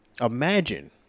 imagine